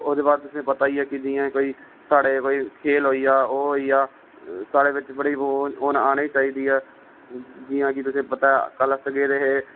ओहदे बाद तुसें गी पता गै एह् जियां कोई साढ़े कोई खेल होई गेआ ओह् होई गेआ साढ़े बिच बड़ी ओह् आनी गै चाहिदी ऐ कि तुसेंगी पता ऐ कल अस गेदे है